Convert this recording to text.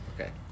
Okay